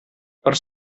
per